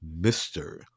Mr